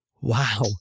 Wow